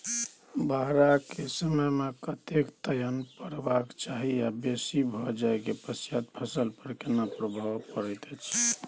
गम्हरा के समय मे कतेक पायन परबाक चाही आ बेसी भ जाय के पश्चात फसल पर केना प्रभाव परैत अछि?